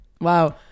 Wow